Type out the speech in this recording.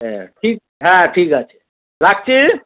হ্যাঁ ঠিক হ্যাঁ ঠিক আছে রাখছি